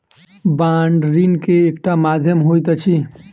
bond ऋण के एकटा माध्यम होइत अछि